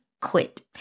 quit